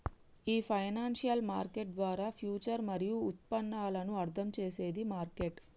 ఈ financial market ద్వారా future మరియు ఉత్పన్నాలను అర్థం చేసేది మార్కెట్